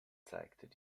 zeigt